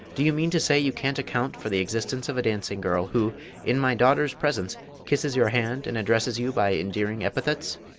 do you mean to say you can't account for the existence of a dancing-girl who in my daughter's presence kisses your hand and addresses you by endearing epithets?